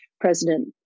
president